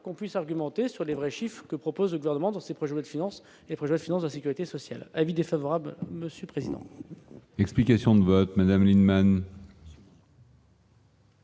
qu'on puisse argumenter sur les vrais chiffres, que propose le gouvernement dans ses projets de finance des projets finances de sécurité sociale : avis défavorable, monsieur le président. Explications de vote Madame Lienemann.